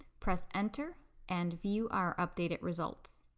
press enter and view our updated results.